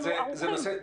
אנחנו ערוכים.